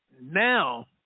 Now